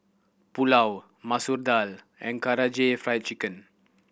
Pulao Masoor Dal and Karaage Fried Chicken